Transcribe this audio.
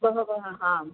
बहवः आं